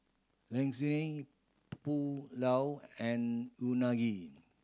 Lasagne Pulao and Unagi